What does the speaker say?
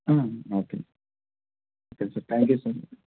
okay okay sir thank you sir